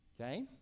okay